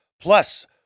plus